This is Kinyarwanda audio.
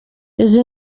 izi